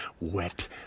wet